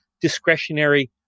discretionary